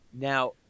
Now